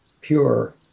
pure